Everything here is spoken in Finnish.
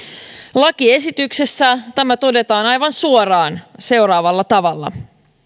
lakiesityksessä tämä todetaan aivan suoraan seuraavalla tavalla